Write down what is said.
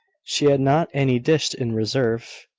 she had not any dish in reserve,